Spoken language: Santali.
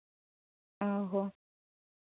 ᱚ ᱦᱚᱸ